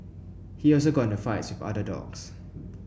he also got into fights with other dogs